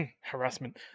harassment